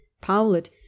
Powlett